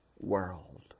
world